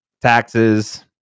taxes